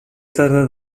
tarda